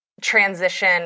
transition